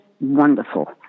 wonderful